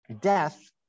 Death